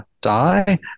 die